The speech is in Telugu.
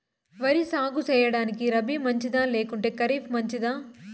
వరి సాగు సేయడానికి రబి మంచిదా లేకుంటే ఖరీఫ్ మంచిదా